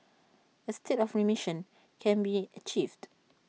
A state of remission can be achieved